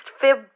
Fib